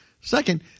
Second